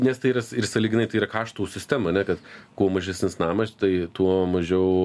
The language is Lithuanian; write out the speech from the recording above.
nes tai yra s ir sąlyginai tai yra kaštų sistema ane kad kuo mažesnis namas tai tuo mažiau